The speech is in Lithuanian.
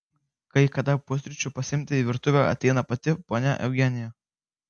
kai kada pusryčių pasiimti į virtuvę ateina pati ponia eugenija